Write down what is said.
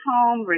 Home